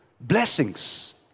Blessings